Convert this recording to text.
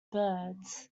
birds